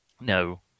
No